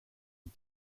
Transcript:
een